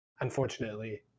unfortunately